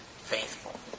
faithful